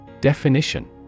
Definition